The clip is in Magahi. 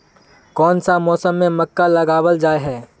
कोन सा मौसम में मक्का लगावल जाय है?